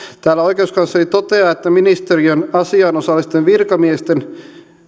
täällä oikeuskansleri toteaa ministeriön asiaan osallisten virkamiesten